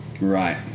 Right